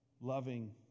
loving